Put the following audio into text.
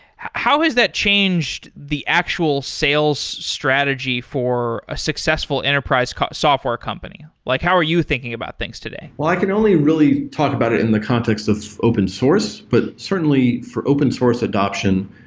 how has that changed the actual sales strategy for a successful enterprise software company? like how are you thinking about things today? well, i could only really talk about it in the context of open source, but certainly for open source adaption,